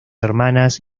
hermanas